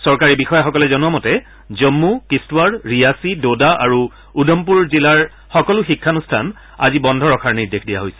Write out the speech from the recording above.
চৰকাৰী বিষয়াসকলে জনোৱা মতে জম্মূ কিট্টৱাৰ ৰিয়াছি দোদা আৰু উধমপুৰ জিলাৰ সকলো শিক্ষানুষ্ঠান আজি বন্ধ ৰখাৰ নিৰ্দেশ দিয়া হৈছে